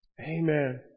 Amen